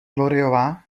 gloryová